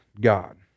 God